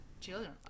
children